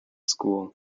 school